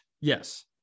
Yes